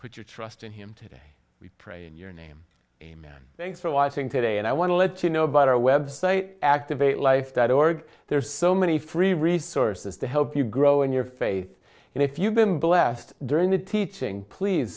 put your trust in him today we pray in your name amen thank so i think today and i want to let you know about our web site activate life that org there are so many free resources to help you grow in your faith and if you've been blessed during the teaching please